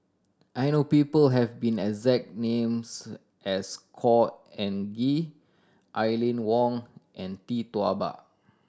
I know people have been exact names as Khor Ean Ghee Aline Wong and Tee Tua Ba